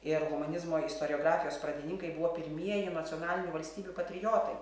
ir humanizmo istoriografijos pradininkai buvo pirmieji nacionalinių valstybių patriotai